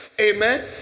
amen